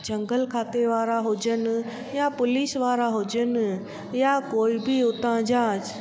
झंगल खाते वारा हुजनि या पुलिस वारा हुजनि या कोई बि हुतां जा